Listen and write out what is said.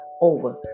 over